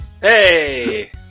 Hey